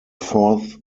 fourth